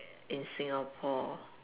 in Singapore